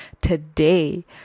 today